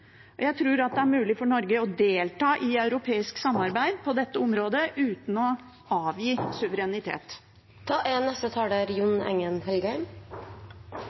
og jeg tror det er mulig for Norge å delta i europeisk samarbeid på dette området uten å avgi suverenitet.